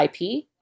IP